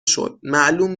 شد، معلوم